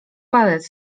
palec